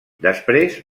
després